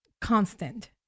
constant